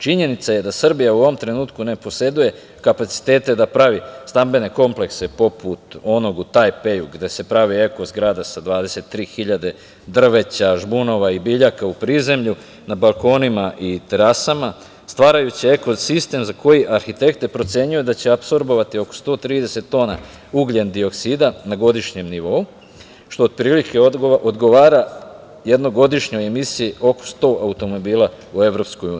Činjenica je da Srbija u ovom trenutku ne poseduje kapacitete da pravi stambene komplekse poput onog u Taj Peju gde se pravi zgrada sa 23 hiljade drveća, žbunova, biljaka u prizemlju na balkonima i terasama, stvarajući eko sistem koji arhitekte procenjuju da će apsorbovati oko 130 tona ugljendioksida na godišnjem nivou, što otprilike odgovara jednoj godišnjoj emisiji oko 100 automobila u EU.